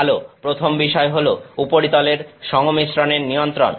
ভালো প্রথম বিষয় হলো উপরিতলের সংমিশ্রণের নিয়ন্ত্রণ